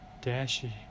Dashie